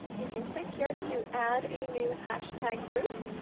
you can click here to add a new hashtag group.